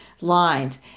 lines